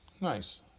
Nice